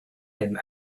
him